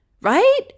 right